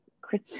Chris